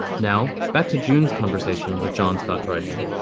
now back to jeunes conversation with john scott driton